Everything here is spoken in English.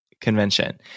convention